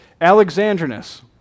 Alexandrinus